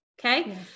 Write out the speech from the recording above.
Okay